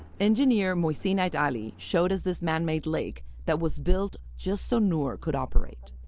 engineer mohsine ait ali showed us this manmade lake that was built just so noor could operate.